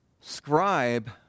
scribe